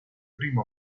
primo